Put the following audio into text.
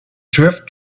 drift